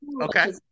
Okay